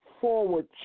forward